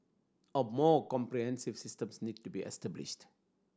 a more comprehensive systems need to be established